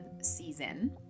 season